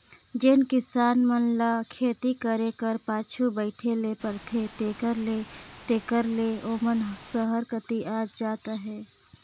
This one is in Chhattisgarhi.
जेन किसान मन ल खेती करे कर पाछू बइठे ले परथे तेकर ले तेकर ले ओमन सहर कती आत जात अहें